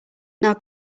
now